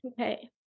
Okay